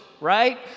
right